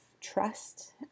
trust